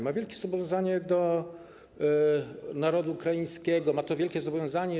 Ma wielkie zobowiązanie wobec narodu ukraińskiego, ma to wielkie zobowiązanie.